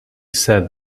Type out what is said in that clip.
sat